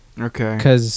Okay